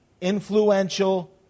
influential